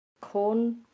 corn